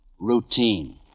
routine